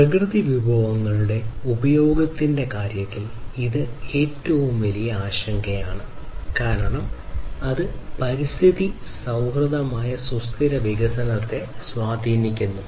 പ്രകൃതി വിഭവങ്ങളുടെ ഉപഭോഗത്തിന്റെ കാര്യത്തിൽ ഇത് ഏറ്റവും വലിയ ആശങ്കയാണ് കാരണം അത് പരിസ്ഥിതി സൌഹൃദമായ സുസ്ഥിര വികസനത്തെ സ്വാധീനിക്കുന്നു